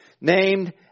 named